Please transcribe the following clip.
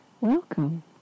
welcome